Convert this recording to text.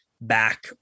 back